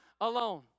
alone